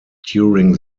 during